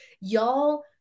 y'all